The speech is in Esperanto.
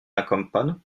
akompanu